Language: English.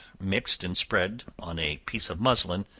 mixed and spread on a piece of muslin,